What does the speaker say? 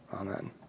Amen